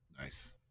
Nice